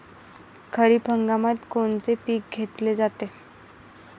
खरिप हंगामात कोनचे पिकं घेतले जाते?